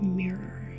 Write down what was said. mirror